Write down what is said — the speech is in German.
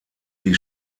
die